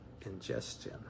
ingestion